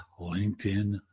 LinkedIn